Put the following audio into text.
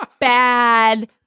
bad